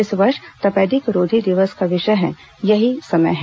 इस वर्ष तपेदिक रोधी दिवस का विषय है यही समय है